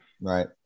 Right